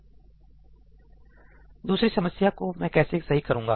दूसरी समस्या को मैं कैसे सही करूंगा